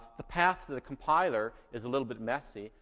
the path to the compiler is a little bit messy.